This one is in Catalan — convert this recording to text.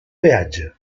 peatge